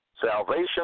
Salvation